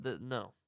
No